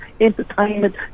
entertainment